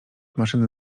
maszyny